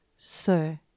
Sir